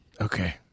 Okay